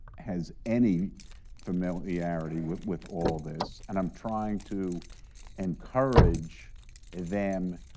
has any familiarity with with all this, and i'm trying to encourage them.